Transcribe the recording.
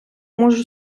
можу